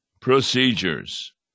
procedures